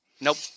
Nope